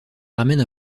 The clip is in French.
ramène